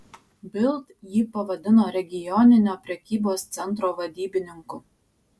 bild jį pavadino regioninio prekybos centro vadybininku